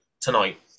tonight